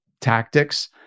tactics